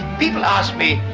people asked me,